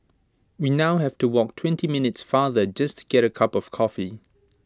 we now have to walk twenty minutes farther just to get A cup of coffee